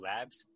Labs